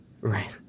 Right